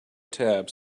tabs